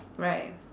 right